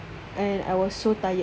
and I was so tired